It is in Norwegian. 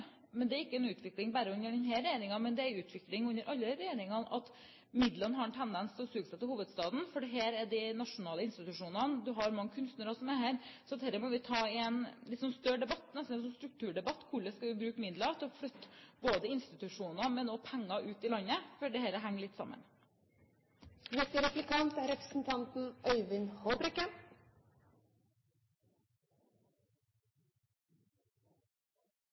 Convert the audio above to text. men det er ikke en utvikling bare under denne regjeringen. Det er en utvikling under alle regjeringer at midlene har en tendens til å suge seg til hovedstaden, for her er de nasjonale institusjonene, vi har mange kunstnere her. Så dette må vi ta i en større debatt – nesten en strukturdebatt. Hvordan skal vi bruke midler til å flytte både institusjoner og penger ut i landet? Dette henger litt sammen. Jeg vil gjerne følge opp forrige replikant